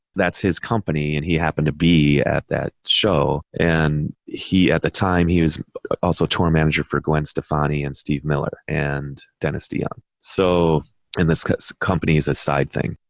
that's his company. and he happened to be at that show and he at the time he was also tour manager for gwen steffani and steve miller and dennis deyoung. so and this company's company's a side thing,